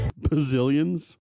Bazillions